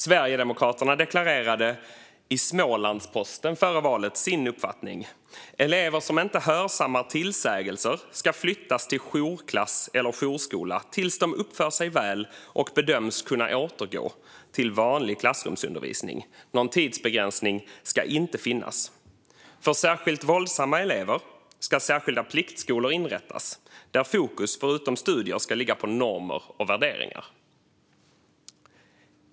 Sverigedemokraterna deklarerade i Smålandsposten före valet sin uppfattning: Elever som inte hörsammat tillsägelser ska flyttas till jourklass eller jourskola tills de uppför sig väl och bedöms kunna återgå till vanlig klassrumsundervisning. Någon tidsbegränsning ska inte finnas. För särskilt våldsamma elever ska särskilda pliktskolor inrättas där fokus förutom studier ska ligga på normer och värderingar.